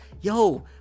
yo